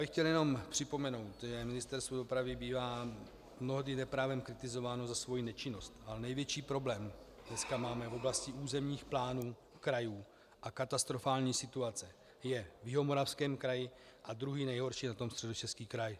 Chtěl bych jenom připomenout, že Ministerstvo dopravy bývá mnohdy neprávem kritizováno za svoji nečinnost, ale největší problém dneska máme v oblasti územních plánů krajů a katastrofální situace je v Jihomoravském kraji a druhý nejhorší je Středočeský kraj.